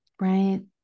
Right